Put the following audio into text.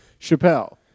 Chappelle